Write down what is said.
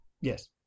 Yes